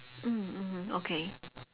mm mmhmm okay